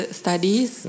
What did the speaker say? studies